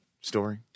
story